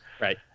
Right